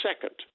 second